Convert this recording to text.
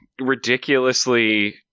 ridiculously